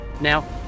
Now